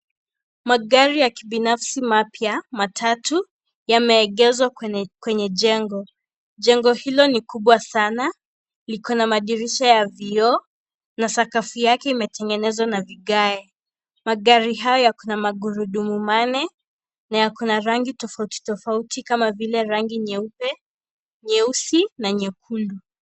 Magari ya kibinafsi mapya matatu, yameegeshwa kwenye jengo. Jengo hilo ni kubwa sana. Liko na madirisha ya vioo na sakafu yake imetengenezwa na vigae. Magari hayo yako na magurudumu manne na yako na rangi tofauti tofauti kama vile, rangi nyeupe, nyeusi na nyekundu.